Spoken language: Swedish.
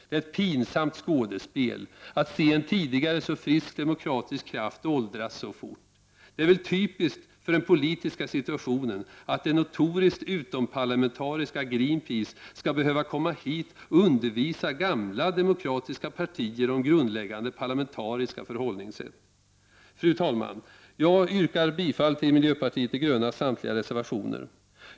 Det är ett pinsamt skådespel att se en tidigare så frisk demokratisk kraft åldras så fort. Det är väl typiskt för den politiska situationen att man från det notoriskt utomparlamentariska Greenpeace skall behöva komma hit och undervisa gamla demokratiska partier om grundläggande parlamentariska förhållningssätt. Fru talman! Jag yrkar bifall till miljöpartiet de grönas samtliga reservationer.